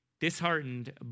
disheartened